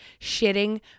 shitting